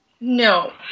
no